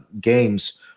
games